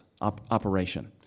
operation